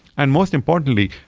and most importantly,